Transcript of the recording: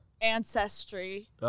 ancestry